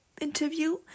interview